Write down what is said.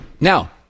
Now